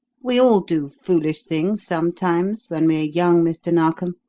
we all do foolish things sometimes when we are young, mr. narkom,